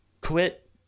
quit